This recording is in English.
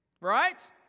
Right